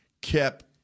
kept